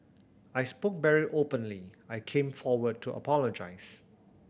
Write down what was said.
I spoke very openly I came forward to apologise